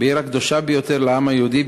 בעיר הקדושה ביותר לעם היהודי,